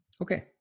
Okay